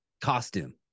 costume